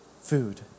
food